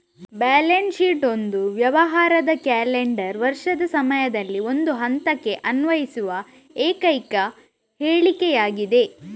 balance sheet ಒಂದು ವ್ಯವಹಾರದ calendar ವರ್ಷದ ಸಮಯದಲ್ಲಿ ಒಂದು ಹಂತಕ್ಕೆ ಅನ್ವಯಿಸುವ ಏಕೈಕ ಹೇಳಿಕೆಯಾಗಿದೆ